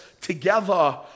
together